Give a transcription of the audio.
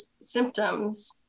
symptoms